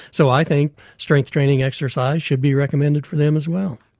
so i think strength training exercise should be recommended for them as well.